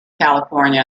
california